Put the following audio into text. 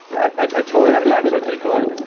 i totally had it backwards. okay, cool. and